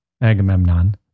Agamemnon